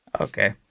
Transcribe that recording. Okay